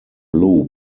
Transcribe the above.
blue